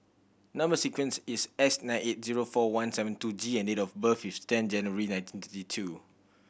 number sequence is S nine eight zero four one seven two G and date of birth is ten January nineteen thirty two